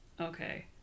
okay